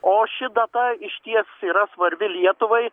o ši data išties yra svarbi lietuvai